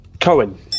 Cohen